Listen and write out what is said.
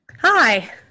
Hi